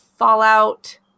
fallout